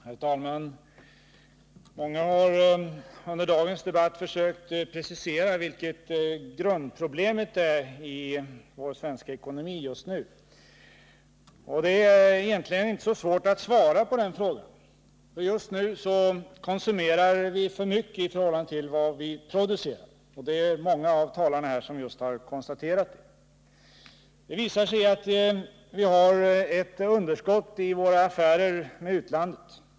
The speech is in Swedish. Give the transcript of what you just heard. Herr talman! Många har under dagens debatt försökt precisera vad som är grundproblemet i vår svenska ekonomi just nu. Det är egentligen inte så svårt att svara på den frågan. Just nu konsumerar vi för mycket i förhållande till vad vi producerar, och många av talarna har konstaterat just det. Detta visar sig i att vi har ett underskott i våra affärer med utlandet.